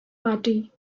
party